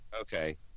Okay